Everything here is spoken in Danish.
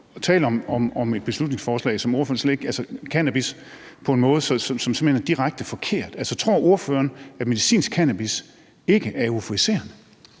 og taler om et beslutningsforslag og om cannabis på en måde, som simpelt hen er direkte forkert. Tror ordføreren, at medicinsk cannabis ikke er euforiserende?